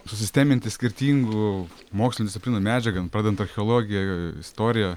susisteminti skirtingų mokslinių disciplinų medžiagą pradedant archeologija istorija